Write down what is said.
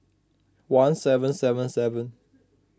one seven seven seven